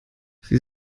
wie